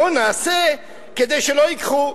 בואו נעשה כדי שלא ייקחו.